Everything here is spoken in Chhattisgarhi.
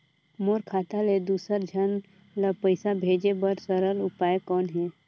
मोर खाता ले दुसर झन ल पईसा भेजे बर सरल उपाय कौन हे?